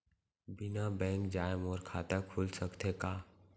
बिना बैंक जाए मोर खाता खुल सकथे का?